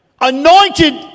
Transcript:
Anointed